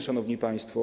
Szanowni Państwo!